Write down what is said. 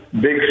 big